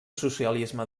socialisme